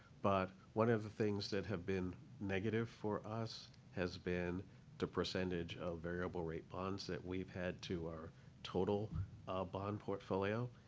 but one of the things that have been negative for us has been the percentage of variable rate bonds that we've had to our total bond portfolio.